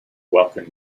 welcome